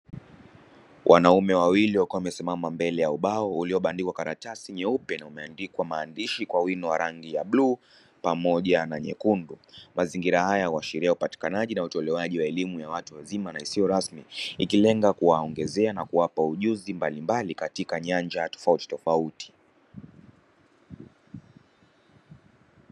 Wanaume wawili wakiwa wamesimama mbele ya ubao uliyobandikwa karatasi nyeupe na umeandikwa maandishi kwa wino wa rangi ya bluu pamoja na nyekundu. Mazingira haya huashiria upatikanaji na utolewaji wa elimu ya watu wazima na isiyo rasmi ikilenga kuwaongezea na kuwapa ujuzi mbalimbali katika nyanja tofautitofauti.